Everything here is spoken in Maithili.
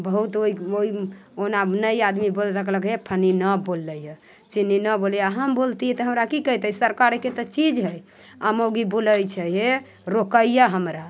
बहुत ओइ ओना नहि आदमी रखलकै फलनी नहि बोलले हय चीनी नहि बोलले हय आओर हम बोलतियै तऽ हमरा की कहितै सरकारे तऽ चीज हय आओर मौगी बोलै छै हे रोकयऽ हमरा